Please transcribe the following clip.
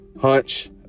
hunch